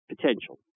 potential